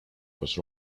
was